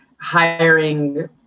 hiring